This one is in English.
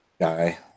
guy